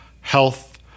health